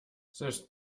selbst